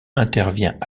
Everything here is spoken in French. intervient